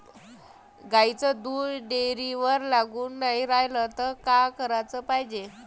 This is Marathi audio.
गाईचं दूध डेअरीवर लागून नाई रायलं त का कराच पायजे?